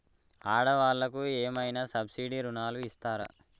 ఆడ వాళ్ళకు ఏమైనా సబ్సిడీ రుణాలు ఇస్తారా?